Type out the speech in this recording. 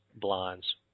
blinds